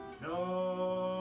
No